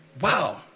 wow